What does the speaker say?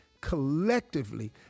collectively